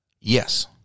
Yes